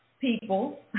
people